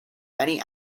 many